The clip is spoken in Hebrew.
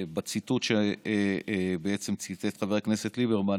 הציטוט שבעצם ציטט חבר הכנסת ליברמן,